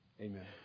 Amen